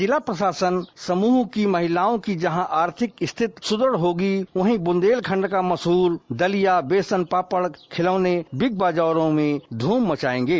जिला प्रशासन के समूह की महिलाओं की जहां आर्थिक स्थिति सुद्रढ होगी वहीं बुन्देलखण्ड का मशहूर दलिया बेसन पापड़ खिलौने बिग बाजारों में धूम मचाएंगे